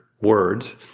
words